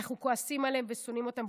אנחנו כועסים עליהם ושונאים אותם,